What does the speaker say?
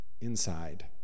inside